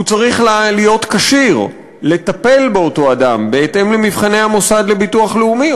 הוא צריך להיות כשיר לטפל באותו אדם בהתאם למבחני המוסד לביטוח לאומי,